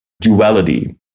duality